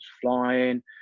flying